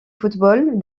football